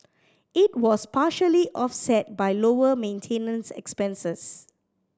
it was partially offset by lower maintenance expenses